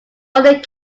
ordered